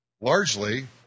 largely